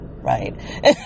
right